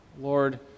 Lord